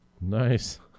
nice